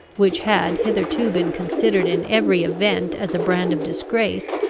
which had hitherto been considered in every event as a brand of disgrace,